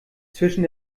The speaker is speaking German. zwischen